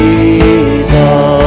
Jesus